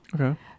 Okay